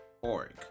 org